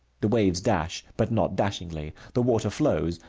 the waves dash, but not dashingly, the water flows,